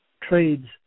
trades